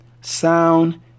sound